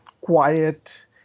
quiet